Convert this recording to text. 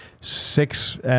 six